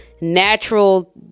natural